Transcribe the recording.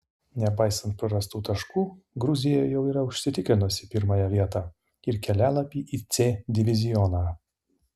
nepaisant prarastų taškų gruzija jau yra užsitikrinusi pirmąją vietą ir kelialapį į c divizioną